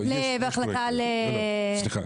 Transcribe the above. מחלקה ל- -- סליחה,